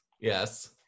Yes